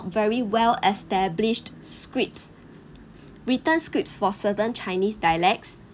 very well established scripts written scripts for certain chinese dialects